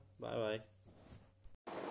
Bye-bye